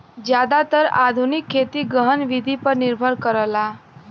जादातर आधुनिक खेती गहन विधि पर निर्भर करला